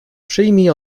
przyjmij